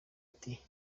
ati